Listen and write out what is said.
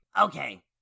Okay